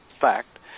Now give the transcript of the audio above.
fact